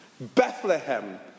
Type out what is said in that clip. Bethlehem